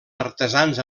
artesans